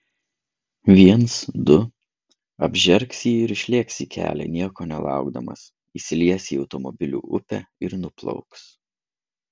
viens du apžergs jį ir išlėks į kelią nieko nelaukdamas įsilies į automobilių upę ir nuplauks